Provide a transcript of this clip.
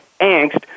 Angst